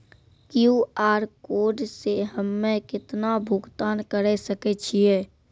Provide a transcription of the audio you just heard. QR code से हम्मय केतना भुगतान करे सके छियै?